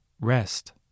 Rest